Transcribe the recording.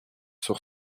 sur